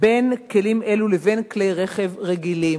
בין כלים אלה לבין כלי רכב רגילים,